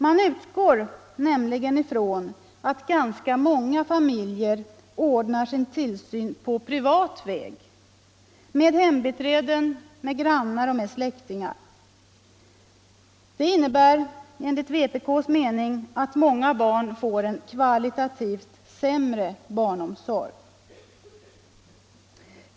Man utgår nämligen ifrån att ganska många familjer ordnar sin tillsyn på privat väg med hembiträden, grannar, släktingar m.m. Detta innebär enligt vpk:s mening att många barn får en kvalitativt sämre barnomsorg.